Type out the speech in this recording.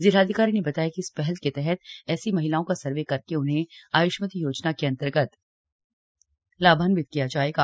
जिलाधिकारी ने बताया कि इस पहल के तहत ऐसी महिलाओं का सर्वे करके उन्हें आयुष्मती योजना के अंतर्गत लाभान्वित किया जायेगा